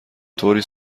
طوری